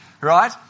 Right